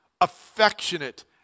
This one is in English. affectionate